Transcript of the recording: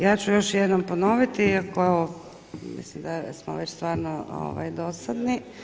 Ja ću još jednom ponoviti iako je ovo mislim da smo već stvarno dosadni.